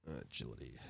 Agility